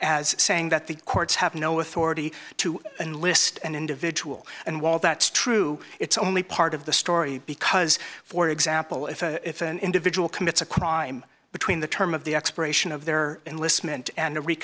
as saying that the courts have no authority to enlist an individual and while that's true it's only part of the story because for example if if an individual commits a crime between the term of the expiration of their enlistment and